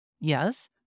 Yes